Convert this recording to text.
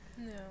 No